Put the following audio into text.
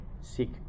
seek